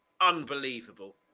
unbelievable